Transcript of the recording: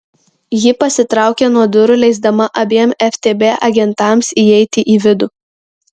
ji pasitraukė nuo durų leisdama abiem ftb agentams įeiti į vidų